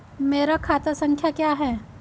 मेरा खाता संख्या क्या है?